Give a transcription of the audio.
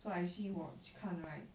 so I actually 我去看 right